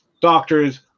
Doctors